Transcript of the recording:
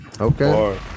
okay